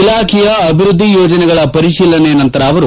ಇಲಾಖೆಯ ಅಭಿವೃದ್ದಿ ಯೋಜನೆಗಳ ಪರಿತೀಲನೆ ನಂತರ ಅವರು